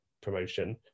promotion